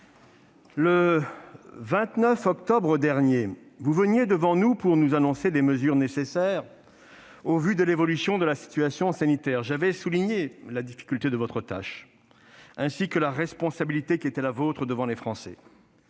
le 29 octobre dernier, vous veniez déjà devant nous pour annoncer des mesures nécessaires au vu de l'évolution de la situation sanitaire. J'avais souligné la difficulté de votre tâche, ainsi que la responsabilité qui était la vôtre devant les Français.